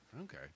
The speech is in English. okay